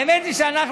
האמת היא שאנחנו,